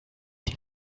die